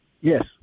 Yes